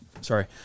Sorry